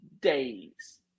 days